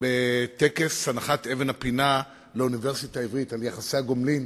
בטקס הנחת אבן הפינה לאוניברסיטה העברית על יחסי הגומלין